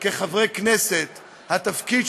אולי תפסיק,